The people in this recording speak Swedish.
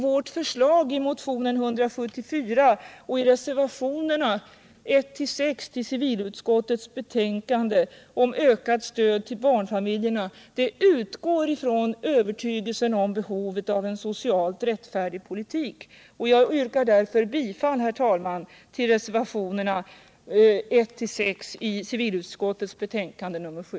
Vårt förslag i motionen 174 och reservationerna 1-6 vid civilutskottets betänkande om ökat stöd till barnfamiljerna utgår från övertygelsen om behovet av en socialt rättfärdig politik. Jag yrkar bifall, herr talman, till reservationerna 1-6 vid civilutskottets betänkande nr 7.